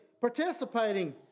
participating